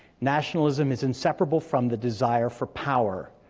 nationalism is inseparable from the desire for power.